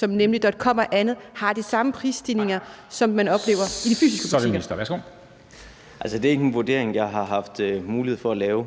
Dam Kristensen): Tak. Så er det ministeren. Værsgo. Kl. 14:01 Erhvervsministeren (Simon Kollerup): Altså, det er ikke en vurdering, jeg har haft mulighed for at lave